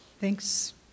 Thanks